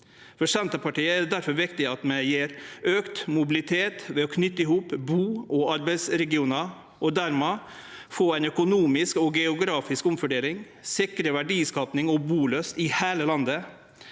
For Senterpartiet er det difor viktig at vi gjev auka mobilitet ved å knyte i hop bu- og arbeidsregionar og dermed – får ei økonomisk og geografisk omfordeling – sikrar verdiskaping og bulyst i heile landet